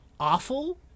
Awful